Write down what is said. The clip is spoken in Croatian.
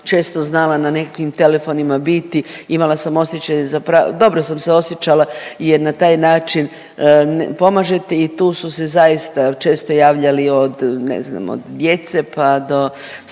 često znala na nekakvim telefonima biti, imala sam osjećaj zapra…, dobro sam se osjećala jer na taj način pomažete i tu su se zaista često javljali od ne znam,